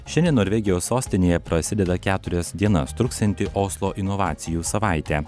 šiandien norvegijos sostinėje prasideda keturias dienas truksianti oslo inovacijų savaitė